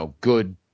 good